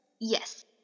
Yes